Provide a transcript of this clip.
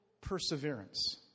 perseverance